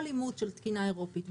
כל אימות של תקינה אירופית,